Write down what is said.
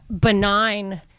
benign